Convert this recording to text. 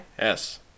Yes